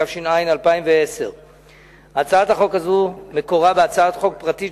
התש"ע 2010. הצעת החוק הזו מקורה בהצעת חוק פרטית